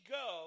go